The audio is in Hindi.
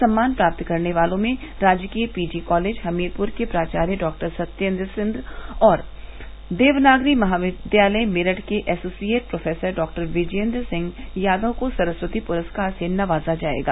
सम्मान प्राप्त करने वालों में राजकीय पीजी कॉलेज हमीरपुर के प्राचार्य डॉक्टर सत्येन्द्र सिंह और देवनागरी महाविद्यालय मेरठ के associate professor doctor Vijendra Singh Yadav को सरस्वती पुरस्कार से नवाजा जायेगा